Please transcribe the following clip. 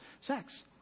sex